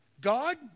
God